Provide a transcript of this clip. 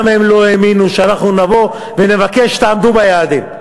גם הם לא האמינו שאנחנו נבוא ונבקש: תעמדו ביעדים.